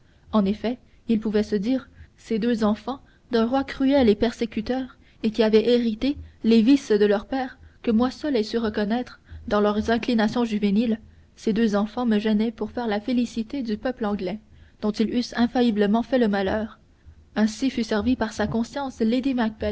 en effet il pouvait se dire ces deux enfants d'un roi cruel et persécuteur et qui avaient hérité les vices de leur père que moi seul ai su reconnaître dans leurs inclinations juvéniles ces deux enfants me gênaient pour faire la félicité du peuple anglais dont ils eussent infailliblement fait le malheur ainsi fut servie par sa conscience